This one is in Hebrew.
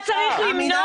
אבל אתה צריך למנוע.